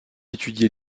étudié